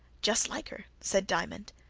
just like her, said diamond,